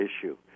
issue